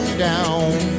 down